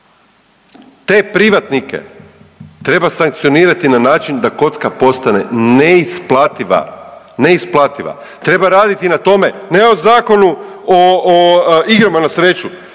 Te privatnike treba sankcionirati na način da kocka postane neisplativa, neisplativa. Treba raditi na tome, ne o Zakonu o igrama na sreću